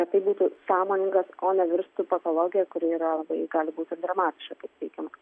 kad tai būtų sąmoningas o ne virstų patologija kuri yra gali būt ir dramatiška kaip teigiama